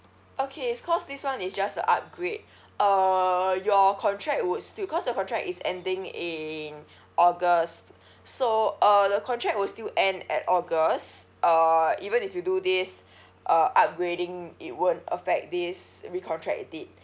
okay cause this one is just a upgrade uh your contract would still cause your contract is ending in august so uh the contract will still end at august uh even if you do this uh upgrading it won't affect this recontract date